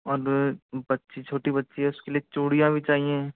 और बच्ची छोटी बच्ची है उसके लिए चूड़ियाँ भी चाहियें